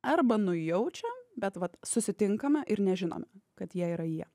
arba nujaučia bet vat susitinkame ir nežinome kad jie yra jie